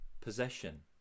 possession